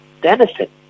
benefit